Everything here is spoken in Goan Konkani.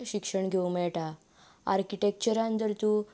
शिक्षण घेवंक मेळटा आर्किटेक्चरांत जर तूं